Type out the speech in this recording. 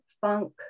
funk